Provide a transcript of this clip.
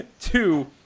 Two